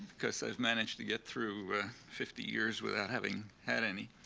because i've managed to get through fifty years without having had any.